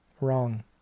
Wrong